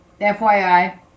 FYI